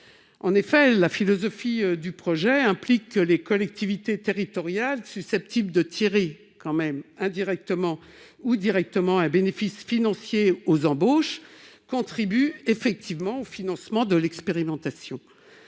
En effet, la philosophie du projet implique que les collectivités territoriales susceptibles de tirer indirectement ou directement un bénéfice financier des embauches contribuent effectivement au financement de l'expérimentation.